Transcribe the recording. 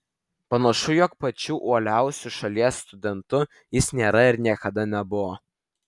panašu jog pačiu uoliausiu šalies studentu jis nėra ir niekada nebuvo